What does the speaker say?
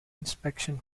inspection